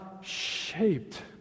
shaped